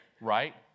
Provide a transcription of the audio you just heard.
Right